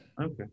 Okay